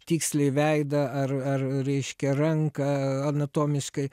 tiksliai veidą ar ar reiškia ranką anatomiškai